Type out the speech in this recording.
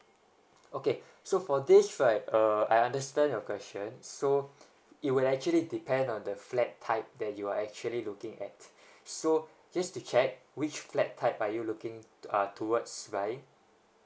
okay so for this right uh I understand your question so it would actually depend on the flat type that you are actually looking at so just to check which flat type are you looking uh towards right